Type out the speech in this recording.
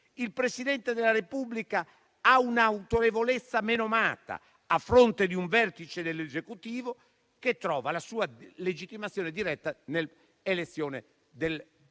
Il Presidente della Repubblica ha un'autorevolezza menomata, a fronte di un vertice dell'Esecutivo che trova la sua legittimazione diretta nell'elezione diretta